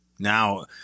Now